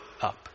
up